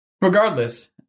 Regardless